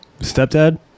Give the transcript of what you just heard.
Stepdad